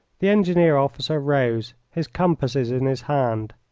the engineer officer rose, his compasses in his hand.